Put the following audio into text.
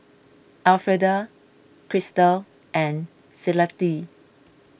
Elfreda Krystal and